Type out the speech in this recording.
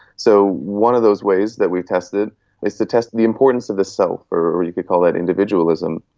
so one of those ways that we tested is to test the importance of the self or you could call it individualism.